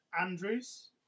Andrews